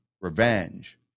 revenge